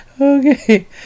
Okay